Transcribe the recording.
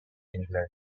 england